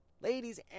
Ladies